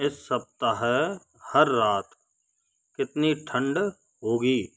इस सप्ताह हर रात कितनी ठंड होगी